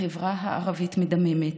החברה הערבית מדממת.